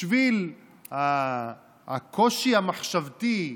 בשביל הקושי המחשבתי,